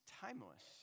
timeless